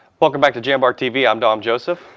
welcome back to jambar tv, i'm dom joseph,